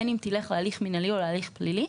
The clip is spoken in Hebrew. בין אם תלך להליך מינהלי או להליך פלילי,